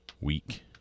week